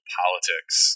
politics